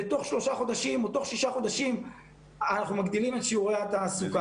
ותוך שלושה חודשים או תוך שישה חודשים אנחנו מגדילים את שיעורי התעסוקה.